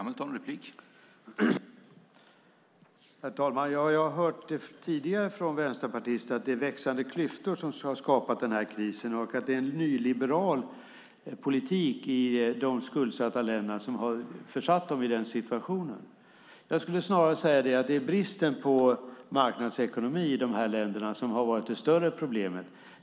Herr talman! Jag har hört tidigare från vänsterpartister att det är växande klyftor som har skapat den här krisen och att det är en nyliberal politik i de skuldsatta länderna som har försatt dem i den situationen. Jag skulle snarare säga att det är bristen på marknadsekonomi i de här länderna som har varit det större problemet.